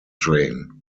train